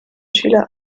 schüler